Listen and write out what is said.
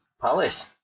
Palace